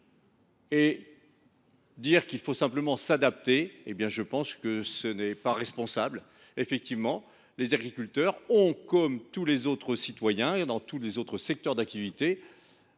Écrire qu’il faut simplement s’adapter, ce n’est pas responsable. Les agriculteurs ont, comme tous les autres citoyens dans tous les autres secteurs d’activité,